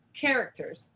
characters